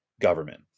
government